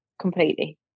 completely